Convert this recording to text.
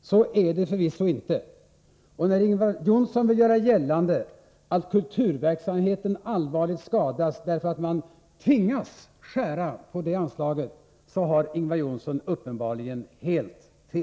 Så är det förvisso inte. När Ingvar Johnsson vill göra gällande att kulturverksamheten skulle allvarligt skadas därför att man tvingas skära ned på det anslaget, har Ingvar Johnsson uppenbarligen helt fel.